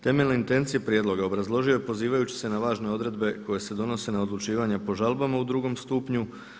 Temeljne intencije prijedloga obrazložio je pozivajući se na važne odredbe koje se donose na odlučivanje po žalbama u drugom stupnju.